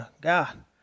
God